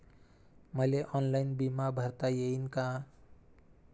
मले ऑनलाईन बिमा भरता येईन का?